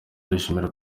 dushimira